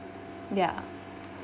ya